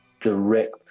direct